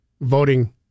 voting